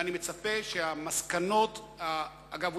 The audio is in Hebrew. אגב,